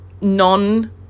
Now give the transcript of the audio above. non